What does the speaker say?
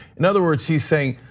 in other words, he's saying,